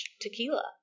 tequila